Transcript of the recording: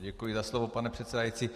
Děkuji za slovo, pane předsedající.